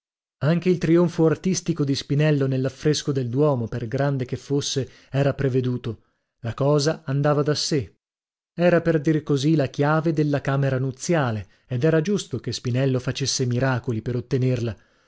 anche il trionfo artistico di spinello nell'affresco del duomo per grande che fosse era preveduto la cosa andava da sè era per dir così la chiave della camera nuziale ed era giusto che spinello facesse miracoli per ottenerla